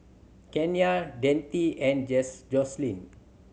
Kenia Dante and Joselyn